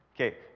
Okay